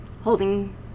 holding